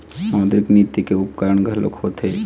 मौद्रिक नीति के उपकरन घलोक होथे